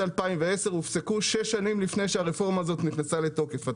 2010 הופסקו שש שנים לפני שהרפורמה הזאת נכנסה לתוקף.